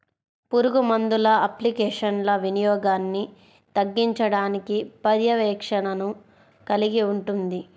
పురుగుమందుల అప్లికేషన్ల వినియోగాన్ని తగ్గించడానికి పర్యవేక్షణను కలిగి ఉంటుంది